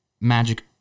magic